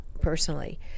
personally